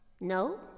No